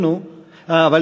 כמו ישראל,